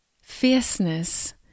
fierceness